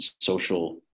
social